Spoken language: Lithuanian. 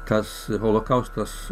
tas holokaustas